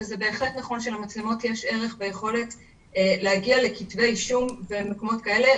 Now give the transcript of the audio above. וזה בהחלט נכון שלמצלמות יש ערך ויכולת להגיע לכתבי אישום במקומות כאלה.